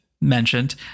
mentioned